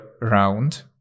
round